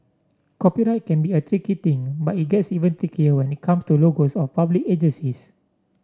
copyright can be a tricky thing but it gets even trickier when it comes to logos of public agencies